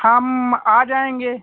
हम आ जाएँगे